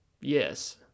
Yes